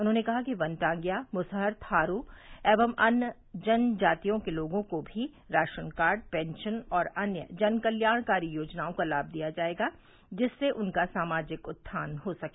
उन्होंने कहा कि वनटांगियां मुसहर थारू एवं अन्य जन जातियों के लोगों को भी राशन कार्ड पेंशन और अन्य जन कल्याणकारी योजनाओं का लाभ दिया जायेगा जिससे उनका सामाजिक उत्थान हो सके